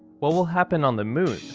what will happen on the moon?